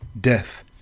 Death